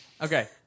Okay